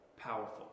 powerful